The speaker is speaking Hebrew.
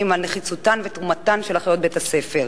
על נחיצותן ותרומתן של אחיות בתי-הספר.